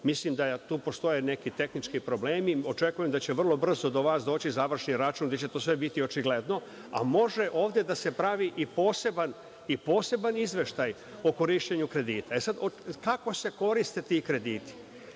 mislim da tu postoje neki tehnički problemi, očekujem da će vrlo brzo do vas doći završni račun gde će to sve biti očigledno, a može ovde da se pravi i poseban izveštaj o korišćenju kredita. E, sad kako se koriste ti krediti.